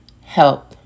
help